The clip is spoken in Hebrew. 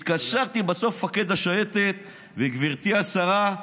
התקשרתי בסוף למפקד השייטת, וגברתי השרה,